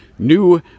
new